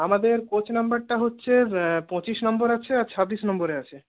আমাদের কোচ নাম্বারটা হচ্ছে পঁচিশ নম্বর আছে আর ছাব্বিশ নম্বরে আছে